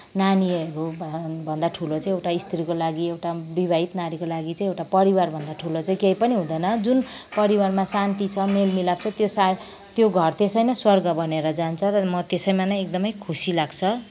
नानीहरूको भन्दा ठुलो चाहिँ एउटा स्त्रीको लागि एउटा विवाहित नारीको लागि चाहिँ एउटा परिवारभन्दा ठुलो चाहिँ केही पनि हुँदैन जुन परिवारमा शान्ति छ मेलमिलाप छ त्यो सायद त्यो घर त्यसै नै स्वर्ग बनेर जान्छ र म त्यसैमा नै एकदमै खुसी लाग्छ